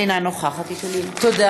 אינה נוכחת תודה.